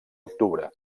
octubre